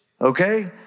okay